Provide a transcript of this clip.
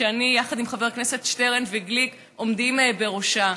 שאני וחברי הכנסת שטרן וגליק עומדים בראשה,